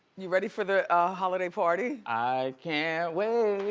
you ready for the holiday party? i can't wait.